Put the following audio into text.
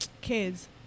Kids